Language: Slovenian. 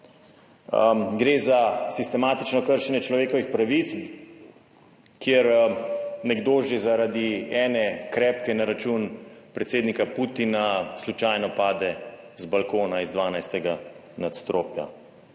Gre za sistematično kršenje človekovih pravic, kjer nekdo že zaradi ene krepke na račun predsednika Putina slučajno pade z balkona 21. nadstropja.